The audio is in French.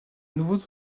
nouveaux